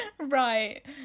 Right